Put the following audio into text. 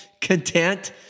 content